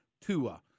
Tua